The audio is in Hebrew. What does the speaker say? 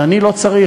אני לא צריך,